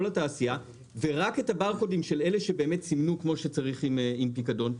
התעשייה ורק את הברקודים של אלה שבאמת סימנו כמו שצריך עם פיקדון.